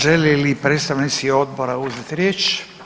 Žele li predstavnici odbora uzeti riječ?